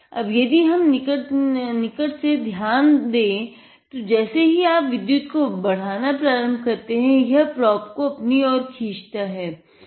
अब यदि हम निकट से ध्यान दे तो जैसे ही आप विद्युत् को बढ़ाना प्रारम्भ करते हैं यह प्रोब को अपनी ओर खींचता है